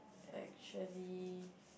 actually